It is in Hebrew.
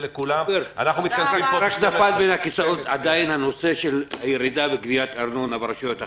נפל בין הכיסאות הנושא של הירידה בגביית ארנונה ברשויות החלשות.